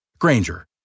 Granger